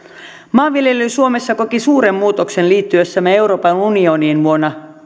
maanviljely suomessa koki suuren muutoksen liittyessämme euroopan unioniin vuonna